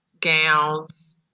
gowns